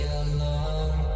alone